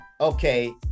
okay